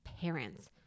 parents